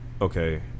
okay